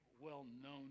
well-known